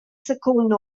secund